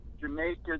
Jamaica